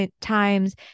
times